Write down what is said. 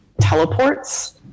teleports